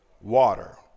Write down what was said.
water